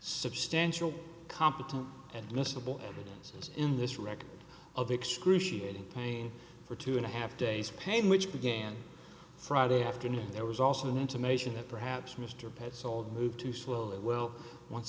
substantial competent and miscible evidence and in this record of excruciating pain for two and a half days of pain which began friday afternoon there was also an intimation that perhaps mr petzold moved too slowly well once